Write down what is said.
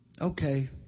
Okay